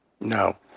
No